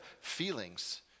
feelings